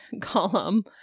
column